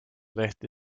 tehti